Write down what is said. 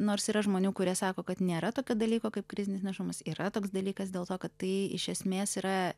nors yra žmonių kurie sako kad nėra tokio dalyko kaip krizinis nėštumas yra toks dalykas dėl to kad tai iš esmės yra